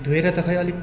धोएर त खै अलिक